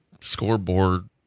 scoreboard